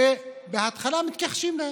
שבהתחלה מתכחשים להן,